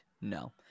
No